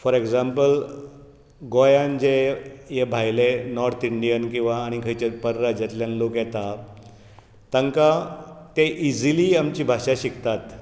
for example गोयांत जे हे भायले नोर्थ इंडियन किंवां आनी खंयचे परराज्यांतल्यान लोक येतात तांकां ते इझीली आमची भाशा शिकतात